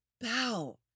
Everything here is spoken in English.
bow